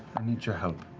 i need your help.